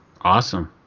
Awesome